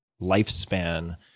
lifespan